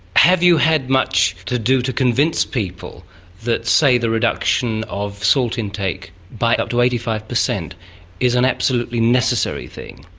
have you had much to do to convince people that, say, the reduction of salt intake by up to eighty five percent is an absolutely necessary thing?